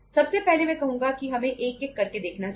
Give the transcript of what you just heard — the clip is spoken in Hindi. सबसे पहले मैं कहूंगा कि हमें एक एक करके देखना चाहिए